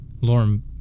Lauren